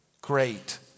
great